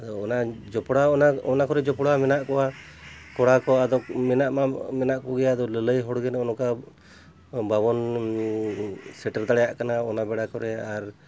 ᱟᱫᱚ ᱚᱱᱟ ᱡᱚᱯᱚᱲᱟᱣ ᱚᱱᱟᱠᱚᱨᱮ ᱡᱚᱯᱚᱲᱟᱣ ᱢᱮᱱᱟᱜ ᱠᱚᱣᱟ ᱠᱚᱲᱟ ᱠᱚ ᱟᱫᱚ ᱢᱮᱱᱟᱜᱼᱢᱟ ᱢᱮᱱᱟᱜ ᱠᱚᱜᱮᱭᱟ ᱟᱫᱚ ᱞᱟᱹᱞᱟᱹᱭ ᱦᱚᱲᱜᱮ ᱱᱚᱜᱼᱚ ᱱᱚᱝᱠᱟ ᱵᱟᱵᱚᱱ ᱥᱮᱴᱮᱨ ᱫᱟᱲᱮᱭᱟᱜ ᱠᱟᱱᱟ ᱚᱱᱟ ᱵᱮᱲᱟ ᱠᱚᱨᱮ ᱟᱨ